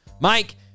Mike